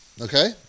Okay